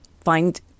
find